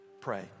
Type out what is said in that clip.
pray